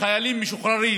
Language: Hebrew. לחיילים משוחררים